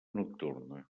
nocturna